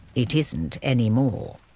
it isn't anymore.